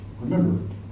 Remember